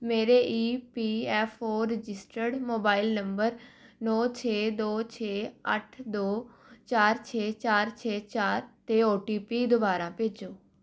ਮੇਰੇ E P F O registered mobile number ਨੌ ਛੇ ਦੋ ਛੇ ਅੱਠ ਦੋ ਚਾਰ ਛੇ ਚਾਰ ਛੇ ਚਾਰ 'ਤੇ ਓ ਟੀ ਪੀ ਦੁਬਾਰਾ ਭੇਜੋ